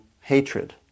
hatred